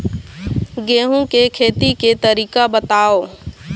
गेहूं के खेती के तरीका बताव?